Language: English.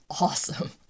awesome